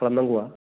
खालामनांगौआ